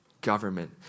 government